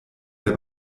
der